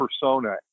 persona